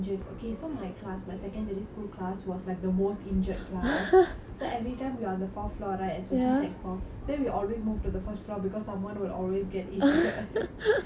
so everytime we are on the fourth floor right especially sec four then we always moved to the first floor because someone will always get injured ya and half the time is because of me because of my three ankle injuries